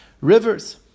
Rivers